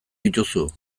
dituzu